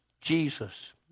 Jesus